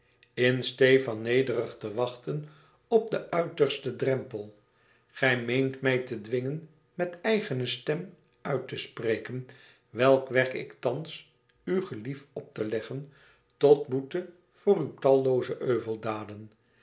in steê van nederig te wachten op den uitersten drempel gij meent mij te dwingen met eigene stem uit te spreken welk werk ik thàns u gelief op te leggen tot boete voor uw tallooze